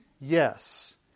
Yes